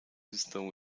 estão